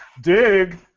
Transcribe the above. Dig